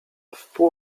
wpół